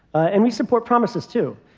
and we support promises, too.